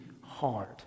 hard